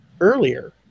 earlier